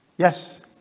Yes